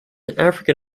african